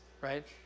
right